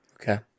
Okay